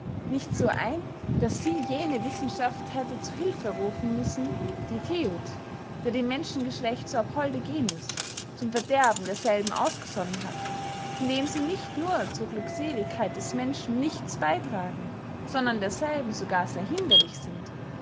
nicht so ein daß sie jene wissenschaft hätte zu hilfe rufen müssen die theut der dem menschengeschlecht so abholde genius zum verderben derselben ausgesonnen hat indem sie nicht nur zur glückseligkeit des menschen nichts beytragen sondern derselben sogar sehr hinderlich sind